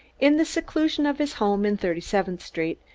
in the seclusion of his home in thirty-seventh street,